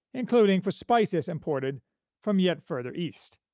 including for spices imported from yet further east.